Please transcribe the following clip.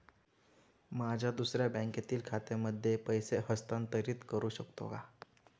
माझ्या दुसऱ्या बँकेतील खात्यामध्ये पैसे हस्तांतरित करू शकतो का?